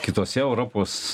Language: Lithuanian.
kitose europos